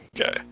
Okay